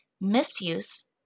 Misuse